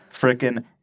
freaking